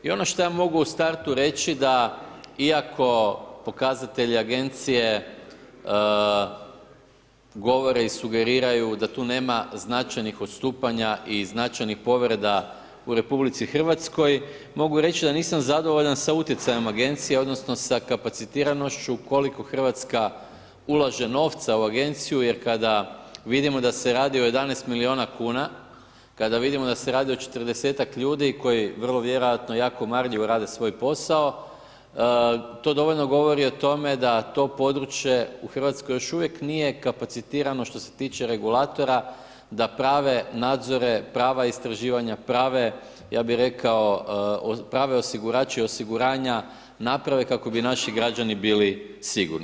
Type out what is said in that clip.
I ono što ja mogu u startu reći da iako pokazatelji agencije govore i sugeriraju da tu nema značajnih odstupanja i značajnih povreda u RH mogu reći da nisam zadovoljan sa utjecajem agencije odnosno sa kapacitiranošću koliko Hrvatska ulaže novca u Agenciju jer kada vidimo da se radi o 11 milijuna kuna, kada vidimo da se radi o 40-ak ljudi koji vrlo vjerojatno jako marljivo rade svoj posao to dovoljno govori o tome da to područje u Hrvatskoj još uvijek nije kapacitirano što se tiče regulatora da prave nadzore, prava istraživanja, prave, ja bih rekao prave osigurače i osiguranja naprave kako bi naši građani bili sigurni.